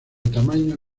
tamaños